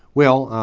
well,